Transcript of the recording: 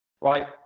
right